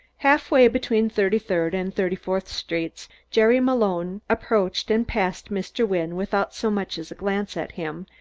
half-way between thirty-third and thirty-fourth streets, jerry malone approached and passed mr. wynne without so much as a glance at him,